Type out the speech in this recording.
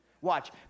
Watch